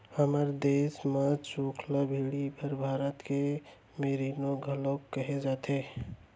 हमर देस म चोकला भेड़ी ल भारत के मेरीनो घलौक कहे जाथे